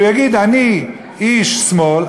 שהוא יגיד: אני איש שמאל,